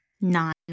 Nine